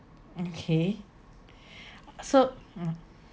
okay so